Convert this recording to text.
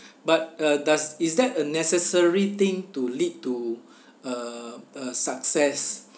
but uh does is that a necessary thing to lead to uh uh success